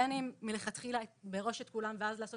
בין אם לשלם מלכתחילה מראש את כולם ואז לעשות